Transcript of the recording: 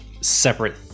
separate